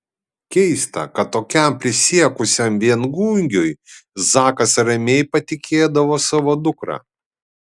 keista kad tokiam prisiekusiam viengungiui zakas ramiai patikėdavo savo dukrą